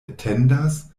etendas